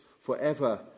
forever